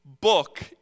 book